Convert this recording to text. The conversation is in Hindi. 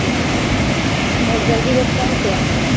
ठीक बस जल्दी बस पहुँच रहे हैं